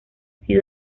sido